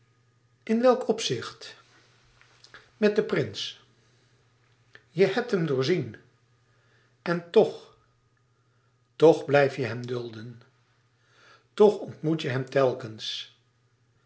in welk opzicht met den prins je hebt hem doorzien en toch toch blijf je hem dulden toch ontmoet je hem telkens